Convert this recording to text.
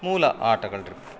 ಮೂಲ ಆಟಗಳು ರೀ